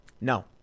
No